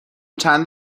چند